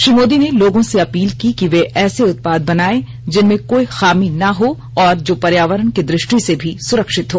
श्री मोदी ने लोगों से अपील की कि वे ऐसे उत्पाद बनाएं जिनमें कोई खामी ना हो और जो पर्यावरण की दृष्टि से भी सुरक्षित हो